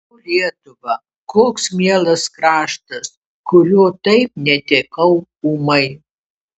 o lietuva koks mielas kraštas kurio taip netekau ūmai